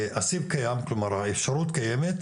שהסיב קיים, כלומר האפשרות קיימת.